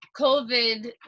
COVID